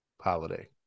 holiday